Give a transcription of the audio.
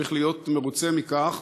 צריך להיות מרוצה מכך